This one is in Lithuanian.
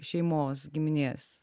šeimos giminės